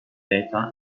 data